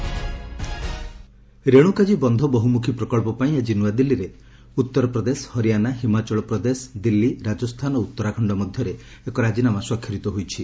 Renukaji dam Renukaji ବନ୍ଧ ବହୁମୁଖୀ ପ୍ରକଳ୍ପ ପାଇଁ ଆଜି ନୂଆଦିଲ୍ଲୀରେ ଉତ୍ତରପ୍ରଦେଶ ହରିୟାନା ହିମାଚଳପ୍ରଦେଶ ଦିଲ୍ଲୀ ରାଜସ୍ଥାନ ଓ ଉତ୍ତରାଖଣ୍ଡ ମଧ୍ୟରେ ଏକ ରାଜିନାମା ସ୍ୱାକ୍ଷରିତ ହୋଇଛି